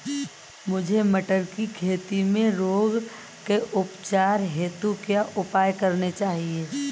मुझे मटर की खेती में रोगों के उपचार हेतु क्या उपाय करने चाहिए?